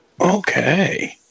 Okay